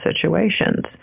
situations